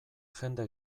jende